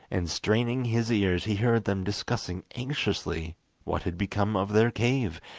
and straining his ears he heard them discussing anxiously what had become of their cave,